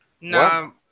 No